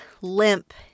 limp